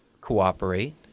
cooperate